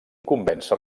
convèncer